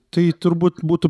tai turbūt būtų